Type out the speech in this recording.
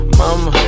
mama